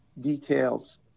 details